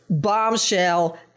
bombshell